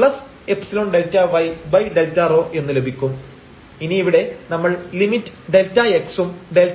Δz dzΔρϵ1 ΔxΔρϵ2 ΔyΔρ ഇനി ഇവിടെ നമ്മൾ ലിമിറ്റ് Δx ഉം Δy